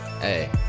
Hey